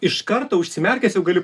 iš karto užsimerkęs jau galiu